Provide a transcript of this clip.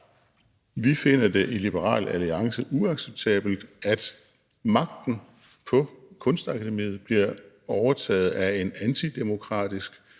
at vi i Liberal Alliance finder det uacceptabelt, at magten på Kunstakademiet bliver overtaget af en antidemokratisk